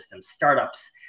startups